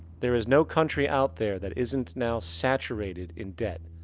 there is no country out there that isn't now saturated in debt.